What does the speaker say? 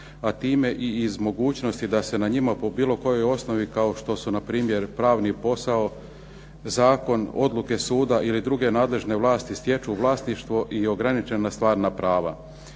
a time i iz mogućnosti da se na njima po bilo kojoj osnovi kao što su npr. pravni posao, zakon, odluke suda ili druge nadležne vlasti stječu vlasništvo i ograničena stvarna prava.